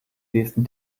nächsten